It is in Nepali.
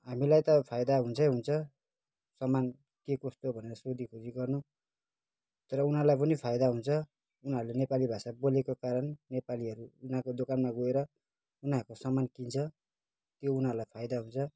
हामीलाई त फाइदा हुन्छै हुन्छ सामान के कस्तो भन्ने सोधीखोजी गर्नु तर उनीहरूलाई पनि फाइदा हुन्छ उनीहरूले पनि नेपाली भाषा बोलेको कारण नेपालीहरू उनीहरूको दोकानमा गएर उनीहरूको सामान किन्छ यो उनीहरूलाई फाइदा हुन्छ